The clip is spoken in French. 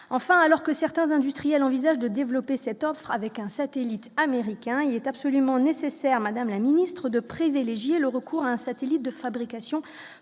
enfin, alors que certains industriels envisagent de développer cette offre avec un satellite américain, il est absolument nécessaire, Madame la Ministre, de privilégier le recours à un satellite de fabrication